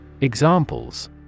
Examples